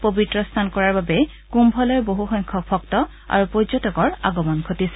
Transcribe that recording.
পৱিত্ৰ স্নান কৰাৰ বাবে কুম্ভলৈ বহুসংখ্যক ভক্ত আৰু পৰ্যটকৰ আগমন ঘটিছে